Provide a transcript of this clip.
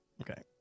Okay